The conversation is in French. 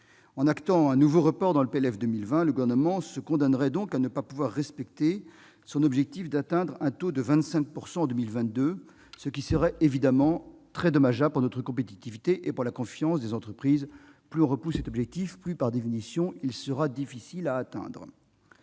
le projet de loi de finances pour 2020, le Gouvernement se condamnerait à ne pas pouvoir respecter son objectif d'atteindre un taux de 25 % en 2022, ce qui serait évidemment très dommageable pour notre compétitivité et la confiance des entreprises. Plus on repousse cet objectif, plus, par définition, il sera difficile à atteindre